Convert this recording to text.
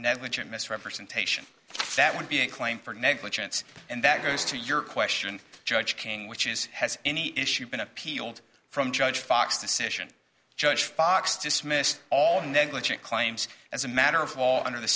negligent misrepresentation that would be a claim for negligence and that goes to your question judge king which is has any issue been appealed from judge fox decision judge fox dismissed all negligent claims as a matter of all under the